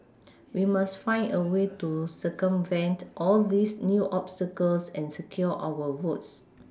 we must find a way to circumvent all these new obstacles and secure our votes